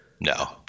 No